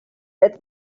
get